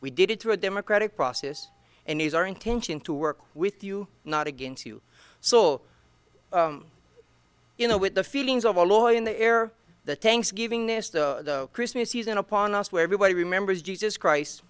we did it through a democratic process and is our intention to work with you not again to soul you know with the feelings of a lawyer in the air that thanksgiving is the christmas season upon us where everybody remembers jesus christ